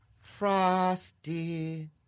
Frosty